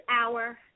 hour